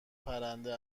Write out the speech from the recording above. پرنده